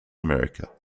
america